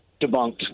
debunked